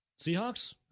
Seahawks